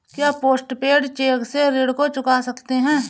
क्या post paid cheque से ऋण को चुका सकते हैं?